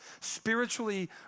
spiritually